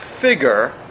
figure